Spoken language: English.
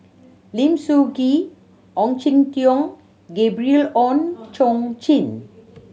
Lim Soo Ngee Ong Jin Teong and Gabriel Oon Chong Jin